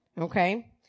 okay